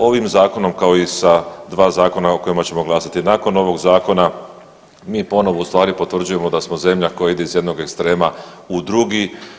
Ovim zakonom kao i sa dva zakona o kojima ćemo glasati nakon ovog zakona mi ponovo u stvari potvrđujemo da smo zemlja koja ide iz jednog ekstrema u drugi.